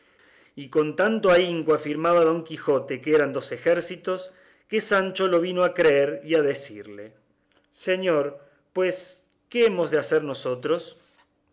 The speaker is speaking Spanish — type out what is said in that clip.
y con tanto ahínco afirmaba don quijote que eran ejércitos que sancho lo vino a creer y a decirle señor pues qué hemos de hacer nosotros